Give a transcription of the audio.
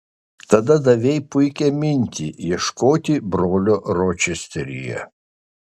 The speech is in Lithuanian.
tada davei puikią mintį ieškoti brolio ročesteryje